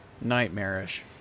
Nightmarish